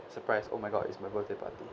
surprise oh my god it's my birthday party